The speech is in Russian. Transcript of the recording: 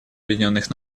объединенных